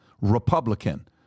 Republican